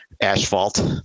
asphalt